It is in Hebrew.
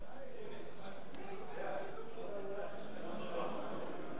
התשע"ב 2012,